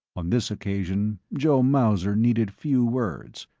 on this occasion, joe mauser needed few words.